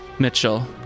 Mitchell